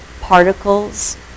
particles